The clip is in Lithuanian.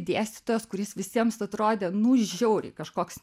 dėstytojas kuris visiems atrodė nu žiauriai kažkoks